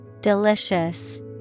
Delicious